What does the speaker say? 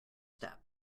step